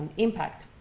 impact,